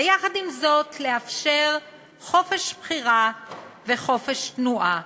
ויחד עם זאת לאפשר חופש בחירה וחופש תנועה,